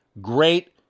great